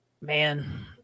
Man